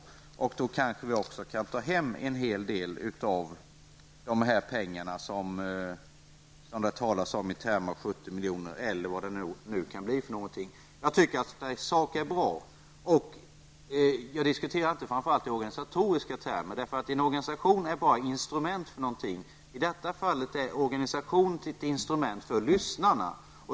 Då kanske vi också kan ta hem en hel del av de här pengarna -- 70 miljoner eller vad det nu rör sig om. Jag diskuterar inte framför allt i organisatoriska termer. En organisation är nämligen bara ett instrument för någonting. I detta fall är organisationen ett instrument för lyssnarna.